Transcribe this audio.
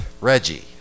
Reggie